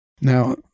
Now